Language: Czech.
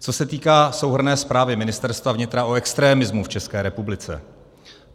Co se týká souhrnné zprávy Ministerstva vnitra o extremismu v České republice,